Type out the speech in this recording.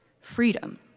freedom